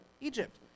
Egypt